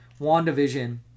wandavision